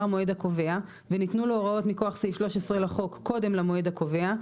המועד הקובע וניתנו לו הוראות מכוח סעיף 13 לחוק קודם למועד הקובע,